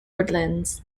woodlands